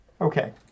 Okay